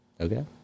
Okay